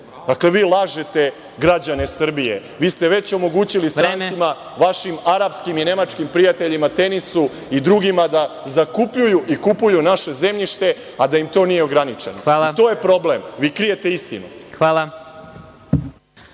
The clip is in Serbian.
To vi lažete građane Srbije, vi ste već omogućili strancima, vašim arapskim i nemačkim prijateljima, „Tenisu“ i drugima da zakupljuju i kupuju naše zemljište, a da im to nije ograničeno. To je problem, vi krijete istinu.